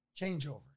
Changeover